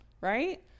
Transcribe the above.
right